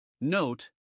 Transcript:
Note